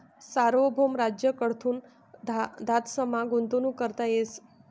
सार्वभौम राज्य कडथून धातसमा गुंतवणूक करता येस